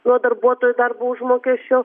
nuo darbuotojo darbo užmokesčio